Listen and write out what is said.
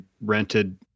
rented